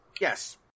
Yes